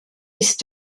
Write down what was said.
ist